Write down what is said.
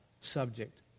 subject